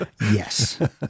Yes